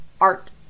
art